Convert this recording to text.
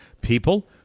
people